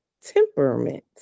temperament